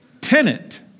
tenant